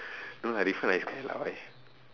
no lah like is !walao! eh